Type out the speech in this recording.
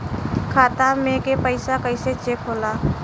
खाता में के पैसा कैसे चेक होला?